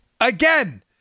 Again